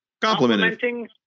complimenting